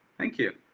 thank you.